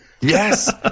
Yes